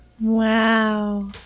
Wow